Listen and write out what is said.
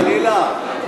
חס וחלילה.